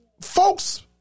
folks